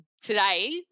today